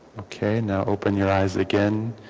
okay now open your eyes again